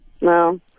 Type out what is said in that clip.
No